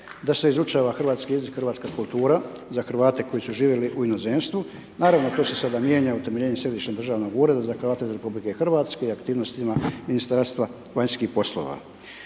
da se izučava hrvatski jezik, hrvatska kultura, za Hrvate koji su živjeli u inozemstvu. Naravno to se sada mijenja utemeljenjem Središnjeg državnog ureda za Hrvate RH i aktivnostima Ministarstva vanjskih poslova.